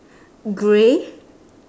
grey